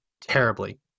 terribly